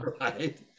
Right